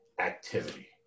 activity